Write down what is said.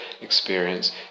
experience